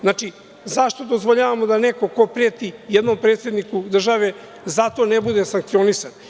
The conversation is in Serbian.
Znači, zašto dozvoljavamo da neko ko preti jednom predsedniku države, zato ne bude sankcionisan?